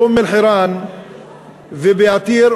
באום-אלחיראן ובעתיר,